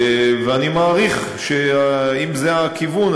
ואני מעריך שאם זה הכיוון,